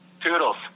Toodles